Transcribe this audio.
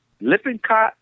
Lippincott